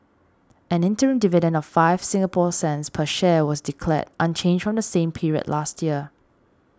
an interim dividend of five Singapore cents per share was declared unchanged from the same period last year